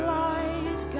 light